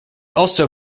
also